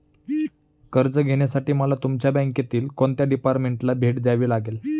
कर्ज घेण्यासाठी मला तुमच्या बँकेतील कोणत्या डिपार्टमेंटला भेट द्यावी लागेल?